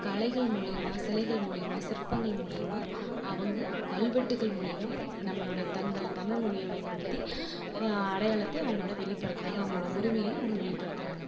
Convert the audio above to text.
கலைகள் மூலிமா சிலைகள் மூலிமா சிற்பங்கள் மூலிமா அவங்க கல்வெட்டுக்கள் மூலிமா நம்மளோடய தங்கள் தமிழ் மொழியை பயன்படுத்தி அடையாளத்தை அவங்களோடய வெளிப்படுத்துகிறாங்க அவங்களோடய உரிமையும் அவங்க வெளிப்படுத்துகிறாங்க